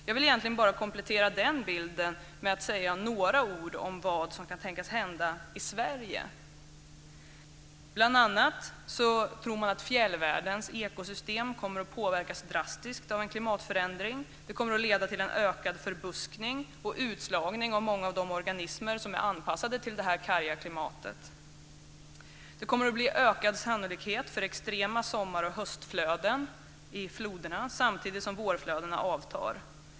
Jag vill egentligen bara komplettera bilden med att säga några ord om vad som kan tänkas hända i Sverige. Man tror bl.a. att fjällvärldens ekosystem kommer att påverkas drastiskt av en klimatförändring. Det kommer att leda till en ökad förbuskning och utslagning av många av de organismer som är anpassade till det karga klimatet. Det kommer att bli ökad sannolikhet för extrema sommar och höstflöden i floderna, samtidigt som vårflödena avtar.